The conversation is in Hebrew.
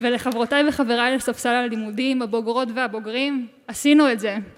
ולחברותיי וחבריי לספסל הלימודים, הבוגרות והבוגרים, עשינו את זה